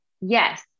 yes